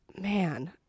Man